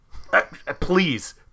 Please